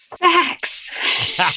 Facts